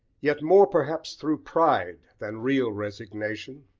yet more perhaps through pride than real resignation,